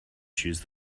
choose